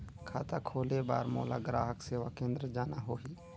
खाता खोले बार मोला ग्राहक सेवा केंद्र जाना होही?